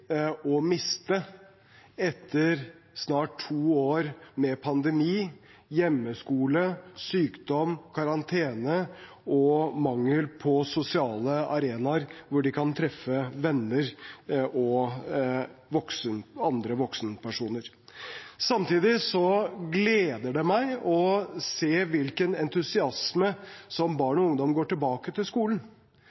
å miste etter snart to år med pandemi, hjemmeskole, sykdom, karantene og mangel på sosiale arenaer hvor de kan treffe venner og andre voksenpersoner. Samtidig gleder det meg å se hvilken entusiasme